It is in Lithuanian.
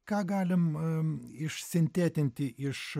ką galim išsintetinti iš